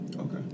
Okay